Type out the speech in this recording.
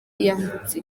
yambutse